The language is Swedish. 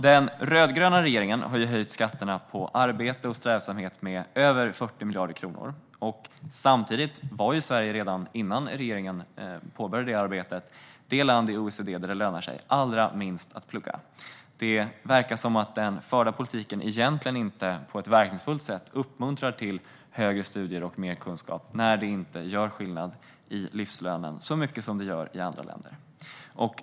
Den rödgröna regeringen har höjt skatterna på arbete och strävsamhet med över 40 miljarder kronor. Sverige var redan innan regeringen påbörjade det arbetet det land i OECD där det lönade sig allra minst att plugga. Det verkar som att den förda politiken inte på ett verkningsfullt sätt uppmuntrar till högre studier och mer kunskap när det inte gör skillnad i livslönen så mycket som det gör i andra länder.